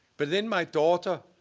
but then my daughter,